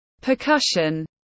percussion